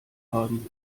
haben